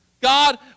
God